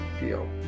deal